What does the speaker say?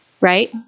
Right